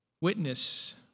Witness